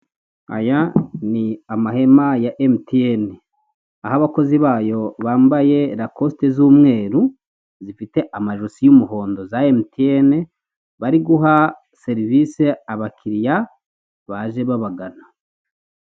Aya ni amahema ya mtn, aho abakozi bayo bambaye lacoste z'umweru zifite amajosi y'umuhondo za mtn bari guha serivise aba kiriya baje babagana.